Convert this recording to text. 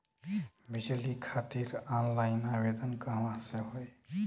बिजली खातिर ऑनलाइन आवेदन कहवा से होयी?